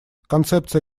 концепция